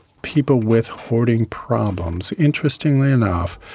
people with hoarding problems, interestingly enough,